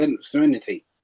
Serenity